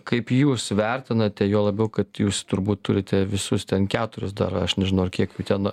kaip jūs vertinate juo labiau kad jūs turbūt turite visus ten keturis dar aš nežinau ar kiek ten